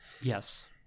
Yes